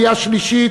עלייה שלישית,